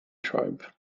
tribe